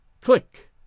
Click